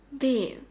babe